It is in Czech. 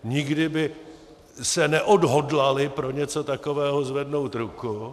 Nikdy by se neodhodlali pro něco takového zvednout ruku.